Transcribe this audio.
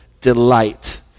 delight